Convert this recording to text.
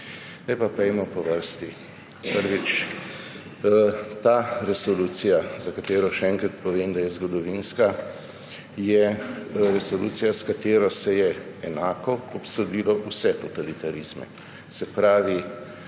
Zdaj pa pojdimo po vrsti. Prvič. Ta resolucija, za katero še enkrat povem, da je zgodovinska, je resolucija, s katero se je enako obsodilo vse totalitarizme. Se pravi